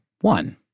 one